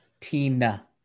Tina